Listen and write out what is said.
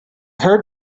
heard